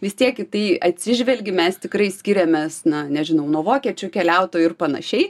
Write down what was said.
vis tiek į tai atsižvelgi mes tikrai skiriamės na nežinau nuo vokiečių keliautojų ir panašiai